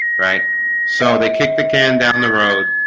right so they kicked the can down the road